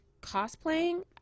cosplaying